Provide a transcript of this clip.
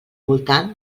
voltant